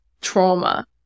trauma